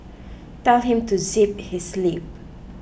tell him to zip his lip